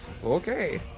Okay